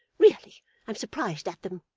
really i'm surprised at them